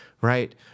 right